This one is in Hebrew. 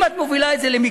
אם את מובילה את זה למגדרים,